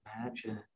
imagine